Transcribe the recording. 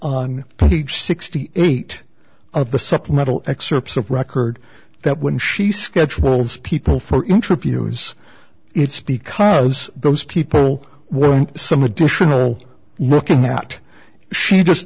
page sixty eight of the supplemental excerpts of record that when she schedules people for interviews it's because those people were some additional looking that she